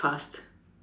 fast